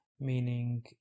meaning